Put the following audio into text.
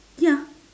ya